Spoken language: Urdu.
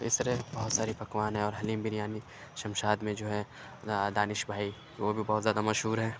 تو اِس طرح بہت ساری پکوان ہیں اور حلیم بریانی شمشاد میں جو ہے دانش بھائی وہ بھی بہت زیادہ مشہور ہے